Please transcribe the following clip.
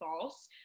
false